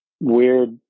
Weird